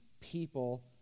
people